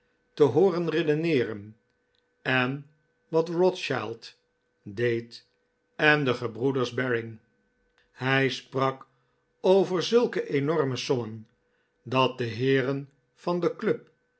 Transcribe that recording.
te hooren redeneeren en wat rothschild deed en de gebroeders baring hij sprak over zulke enorme sommen dat de heeren van de club